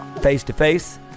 face-to-face